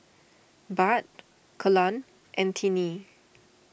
Bud Kelan and Tiney